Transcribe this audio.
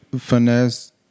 Finesse